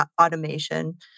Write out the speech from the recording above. automation